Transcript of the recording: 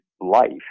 life